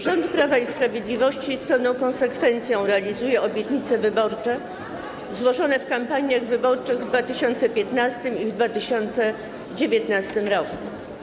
Rząd Prawa i Sprawiedliwości z pełną konsekwencją realizuje obietnice wyborcze złożone w kampaniach wyborczych w 2015 i 2019 r.